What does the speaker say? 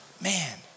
Man